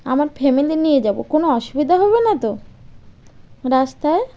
আমার ফ্যামিলি নিয়ে যাবো কোনো অসুবিধা হবে না তো রাস্তায়